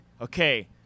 okay